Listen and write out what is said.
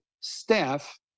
staff